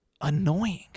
annoying